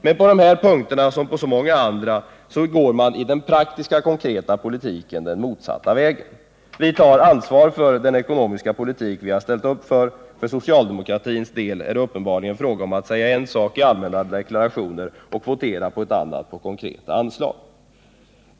Men på dessa punkter, som på så många andra, går man i den praktiska, konkreta politiken den motsatta vägen. Vi tar ansvar för den ekonomiska politik som vi har ställt oss bakom, men för socialdemokratins del är det uppenbarligen fråga om att säga en sak i allmänna deklarationer och votera på ett annat sätt när det gäller konkreta anslag.